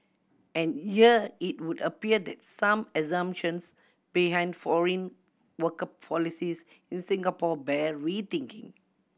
and here it would appear that some assumptions behind foreign worker policies in Singapore bear rethinking